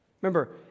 Remember